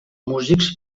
músics